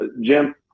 Jim